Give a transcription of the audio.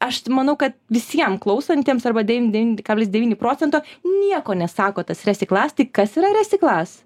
aš manau kad visiem klausantiems arba dem dem kablis devyni procento nieko nesako tas resiklasti kas yra resiklas